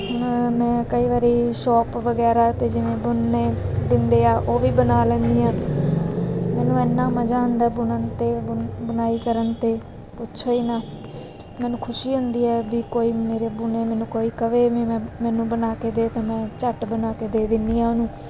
ਮੈਂ ਕਈ ਵਾਰ ਸ਼ੋਪ ਵਗੈਰਾ 'ਤੇ ਜਿਵੇਂ ਬੁਨਣੇ ਦਿੰਦੇ ਹੈ ਉਹ ਵੀ ਬਣਾ ਲੈਂਦੀ ਹਾਂ ਮੈਨੂੰ ਇੰਨਾ ਮਜ਼ਾ ਆਉਂਦਾ ਬੁਣਨ 'ਤੇ ਬੁਣਾਈ ਕਰਨ 'ਤੇ ਪੁੱਛੋ ਹੀ ਨਾ ਮੈਨੂੰ ਖੁਸ਼ੀ ਹੁੰਦੀ ਆ ਵੀ ਕੋਈ ਮੇਰੇ ਬੁਣੇ ਮੈਨੂੰ ਕੋਈ ਕਹੇ ਮੈਨੂੰ ਬਣਾ ਕੇ ਦੇ ਤਾਂ ਮੈਂ ਝੱਟ ਬਣਾ ਕੇ ਦੇ ਦਿੰਨੀ ਹਾਂ ਉਹਨੂੰ